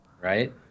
right